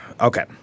Okay